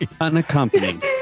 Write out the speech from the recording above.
Unaccompanied